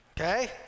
okay